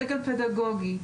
סגל פדגוגי,